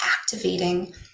activating